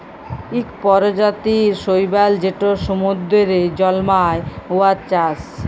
ইক পরজাতির শৈবাল যেট সমুদ্দুরে জল্মায়, উয়ার চাষ